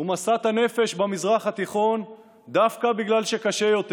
הוא משאת הנפש במזרח התיכון דווקא בגלל שקשה יותר.